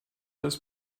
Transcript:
das